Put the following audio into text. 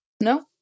No